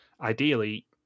Ideally